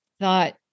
thought